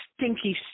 Stinky